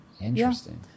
Interesting